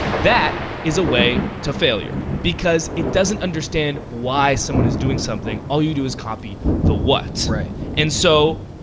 that is a way to failure because it doesn't understand why someone is doing something. all you do is copy the what. right. and so,